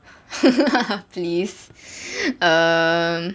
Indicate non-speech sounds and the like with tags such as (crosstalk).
(laughs) please